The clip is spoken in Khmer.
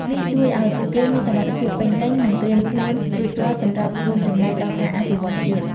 នេះជួយឲ្យពួកគេមានសមត្ថភាពពេញលេញ និងត្រៀមខ្លួនរួចរាល់សម្រាប់រួមចំណែកដល់ការអភិវឌ្ឍជាតិ។